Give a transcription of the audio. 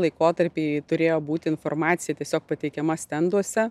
laikotarpiai turėjo būti informacija tiesiog pateikiama stenduose